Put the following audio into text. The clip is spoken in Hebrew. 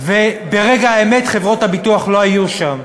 וברגע האמת חברות הביטוח לא היו שם.